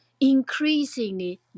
increasingly